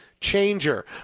changer